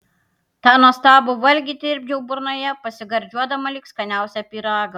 tą nuostabų valgį tirpdžiau burnoje pasigardžiuodama lyg skaniausią pyragą